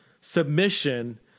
submission